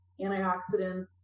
antioxidants